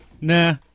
Nah